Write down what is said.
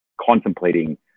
contemplating